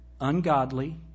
Ungodly